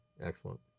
Excellent